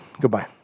Goodbye